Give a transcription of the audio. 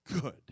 good